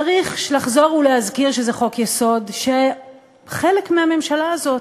צריך לחזור ולהזכיר שזה חוק-יסוד שחלק מהממשלה הזאת,